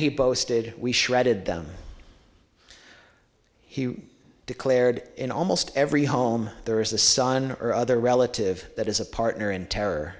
he boasted we shredded them he declared in almost every home there is a son or other relative that is a partner in terror